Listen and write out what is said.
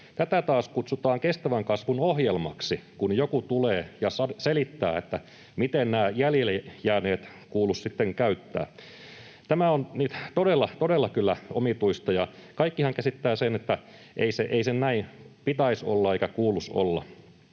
Tätä taas kutsutaan kestävän kasvun ohjelmaksi, kun joku tulee ja selittää, miten nämä jäljelle jääneet kuuluisi sitten käyttää. Tämä on kyllä todella omituista, ja kaikkihan käsittävät sen, että ei sen näin pitäisi olla eikä kuuluisi olla.